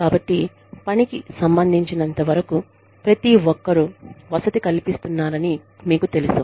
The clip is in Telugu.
కాబట్టి పనికి సంబంధించినంతవరకు ప్రతి ఒక్కరూ వసతి కల్పిస్తున్నారని మీకు తెలుసు